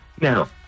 Now